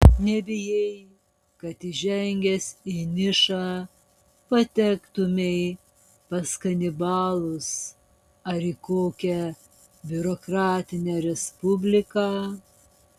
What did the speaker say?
nebijai kad įžengęs į nišą patektumei pas kanibalus ar į kokią biurokratinę respubliką